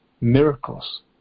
miracles